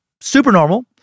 supernormal